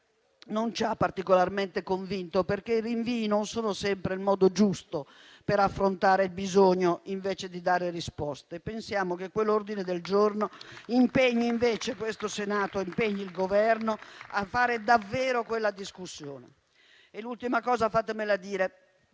non ci ha particolarmente convinti, perché i rinvii non sono sempre il modo giusto per affrontare il bisogno di dare risposte. Pensiamo che quell'ordine del giorno impegni invece questo Senato e il Governo a fare davvero quella discussione. Fatemi dire